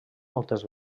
moltes